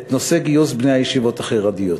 את נושא גיוס בני הישיבות החרדיות.